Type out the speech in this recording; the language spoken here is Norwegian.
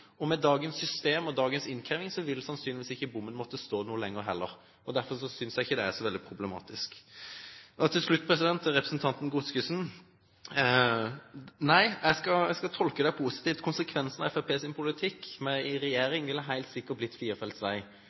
Og med dagens system og dagens innkreving ville sannsynligvis ikke bommen måtte stå noe lenger heller, derfor synes jeg ikke det er så problematisk. Til slutt til representanten Godskesen: Nei, jeg skal tolke deg positivt. Konsekvensen av Fremskrittspartiets politikk i regjering ville helt sikkert blitt